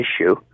issue